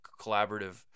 collaborative